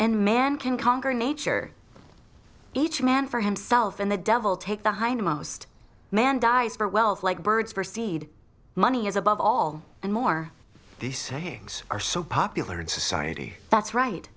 and man can conquer nature each man for himself and the devil take the hindmost man dies for wealth like birds proceed money is above all and more these hearings are so popular in society that's right